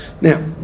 Now